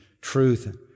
truth